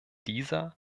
dieser